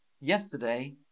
yesterday